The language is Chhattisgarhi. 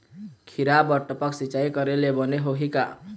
खिरा बर टपक सिचाई करे ले बने होही का?